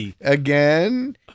again